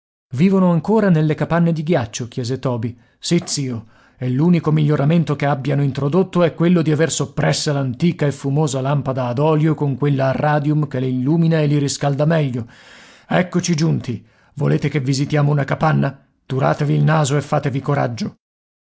vivono ancora nelle capanne di ghiaccio chiese toby sì zio e l'unico miglioramento che abbiano introdotto è quello di aver soppressa l'antica e fumosa lampada ad olio con quella a radium che le illumina e li riscalda meglio eccoci giunti volete che visitiamo una capanna turatevi il naso e fatevi coraggio